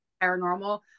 paranormal